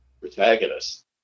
protagonist